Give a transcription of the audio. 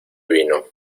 vino